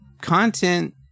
content